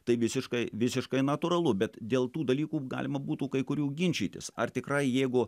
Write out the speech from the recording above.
tai visiškai visiškai natūralu bet dėl tų dalykų galima būtų kai kurių ginčytis ar tikrai jeigu